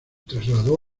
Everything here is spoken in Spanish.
trasladó